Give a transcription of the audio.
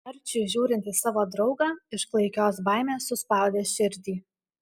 arčiui žiūrint į savo draugą iš klaikios baimės suspaudė širdį